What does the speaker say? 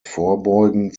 vorbeugen